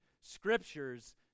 scriptures